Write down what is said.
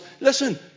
listen